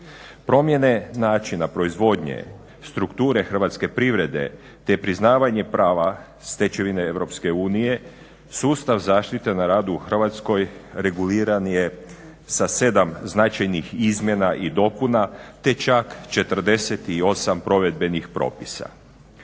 Promjene načina proizvodnje, strukture hrvatske privrede te priznavanje prava stečevine Europske unije sustav zaštite na radu u Hrvatskoj reguliran je sa 7 značajnih izmjena i dopuna te čak 48 provedbenih propisa.